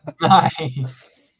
Nice